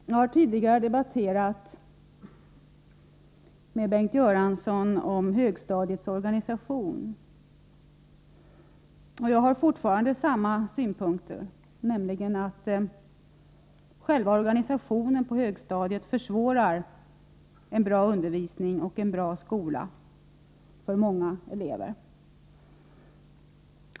Jag har tidigare debatterat högstadiets organisation med Bengt Göransson, och jag har fortfarande samma synpunkter, nämligen att själva organisationen på högstadiet försvårar en bra undervisning och en bra skolsituation för många elever.